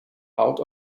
out